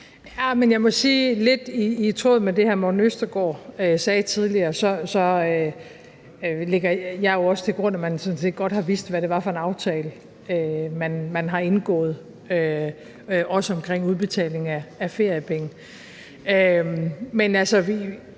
jeg må jo sige, at lidt i tråd med det, hr. Morten Østergaard sagde tidligere, lægger jeg også til grund, at man sådan set godt har vidst, hvad det var for en aftale, man havde indgået, også omkring udbetaling af feriepenge. Men altså,